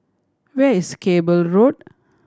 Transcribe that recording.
where is Cable Road